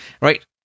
right